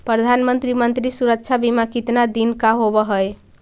प्रधानमंत्री मंत्री सुरक्षा बिमा कितना दिन का होबय है?